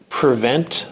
prevent